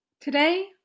today